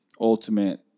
ultimate